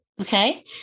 Okay